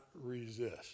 resist